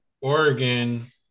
Oregon